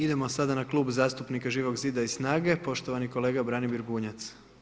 Idemo sada na Klub zastupnika Živog zida i SNAGA-e, poštovani kolega Branimir Bunjac.